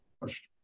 question